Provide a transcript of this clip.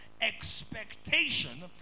expectation